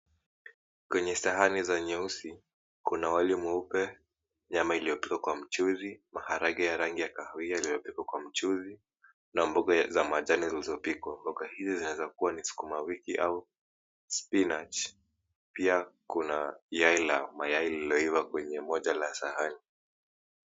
Kwenye sahani za nyeusi kuna wali mweupe, nyama iliyopikwa kwa mchuzi, maharage ya rangi ya kahawia imepikwa kwa mchuzi na mboga za majani zilizopikwa. Mboga hizi zinaweza kuwa ni sukumawiki au 𝑠𝑝𝑖𝑛𝑎𝑐ℎ , pia kuna yai la mayai liloiva kwenye moja la sahani.